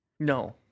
No